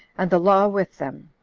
and the law with them.